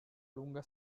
lunga